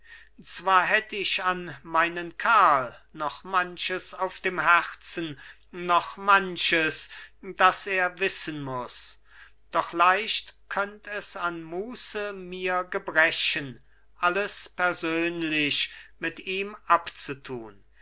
zwar hätt ich an meinen karl noch manches auf dem herzen noch manches das er wissen muß doch leicht könnt es an muße mir gebrechen alles persönlich mit ihm abzutun